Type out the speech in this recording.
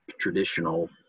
traditional